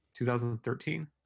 2013